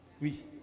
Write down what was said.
Oui